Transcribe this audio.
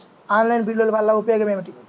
Online బిల్లుల వల్ల ఉపయోగమేమిటీ?